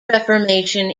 reformation